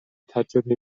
تجربه